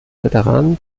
veteranen